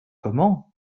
comment